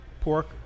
pork